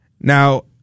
Now